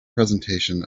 presentation